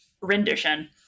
rendition